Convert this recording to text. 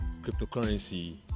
cryptocurrency